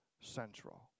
central